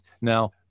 Now